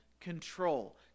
control